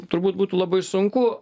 turbūt būtų labai sunku